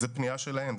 זו פנייה שלהם,